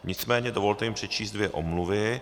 Nicméně dovolte mi přečíst dvě omluvy.